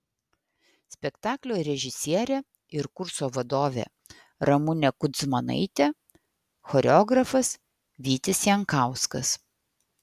spektaklio režisierė ir kurso vadovė ramunė kudzmanaitė choreografas vytis jankauskas